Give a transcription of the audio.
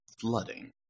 flooding